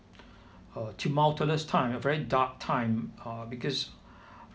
uh tumultuous time a very dark time uh because